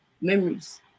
Memories